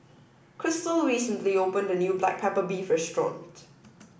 Crystal recently opened the new black pepper beef restaurant